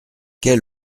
quel